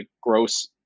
gross